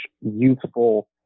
youthful